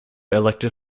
elected